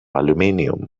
aluminium